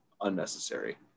unnecessary